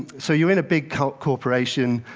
so, you're in a big corporation.